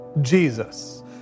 Jesus